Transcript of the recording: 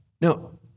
No